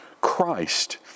Christ